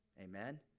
Amen